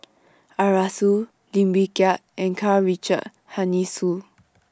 Arasu Lim Wee Kiak and Karl Richard Hanitsch